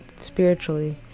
spiritually